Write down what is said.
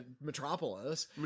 Metropolis